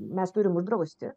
mes turim uždrausti